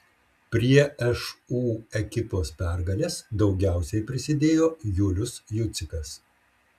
prie šu ekipos pergalės daugiausiai prisidėjo julius jucikas